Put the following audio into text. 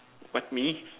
what me